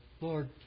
Lord